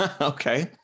okay